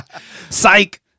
Psych